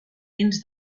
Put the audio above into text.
dins